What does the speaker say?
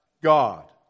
God